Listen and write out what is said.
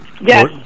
Yes